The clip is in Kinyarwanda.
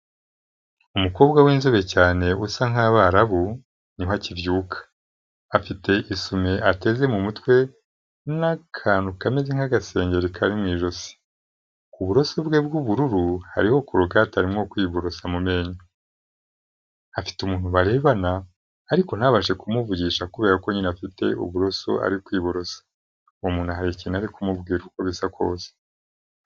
Umukobwa w'inzobe cyane usa nk'Abarabu niho akibyuka. Afite isume ateze mu mutwe n'akantu kameze nk'agasengeri kari mu ijosi. Ku buroso bwe bw'ubururu hariho korogate arimo kwiborosa mu menyo. Afite umuntu barebana ariko ntabashe kumuvugisha kubera ko nyine afite uburoso ari kwiborosa. Uwo muntu hari ikintu ari kumubwira uko bisa kose.